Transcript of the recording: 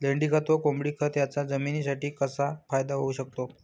लेंडीखत व कोंबडीखत याचा जमिनीसाठी कसा फायदा होऊ शकतो?